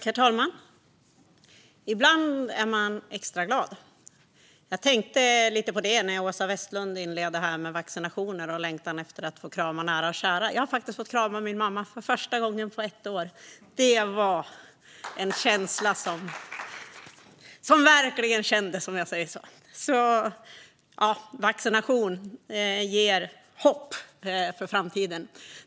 Herr talman! Ibland är man extra glad. Jag tänkte lite på det när Åsa Westlund inledde med att tala om vaccinationer och längtan efter att få krama nära och kära. Jag har faktiskt fått krama min mamma för första gången på ett år. Det var en känsla som verkligen kändes, om jag säger så! Vaccination ger hopp för framtiden.